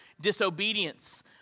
disobedience